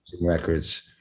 records